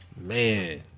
man